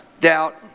Doubt